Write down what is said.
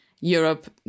Europe